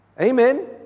Amen